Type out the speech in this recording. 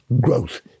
growth